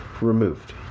Removed